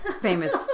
famous